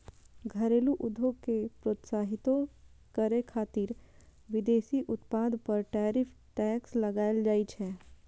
घरेलू उद्योग कें प्रोत्साहितो करै खातिर विदेशी उत्पाद पर टैरिफ टैक्स लगाएल जाइ छै